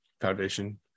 foundation